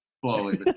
Slowly